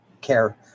care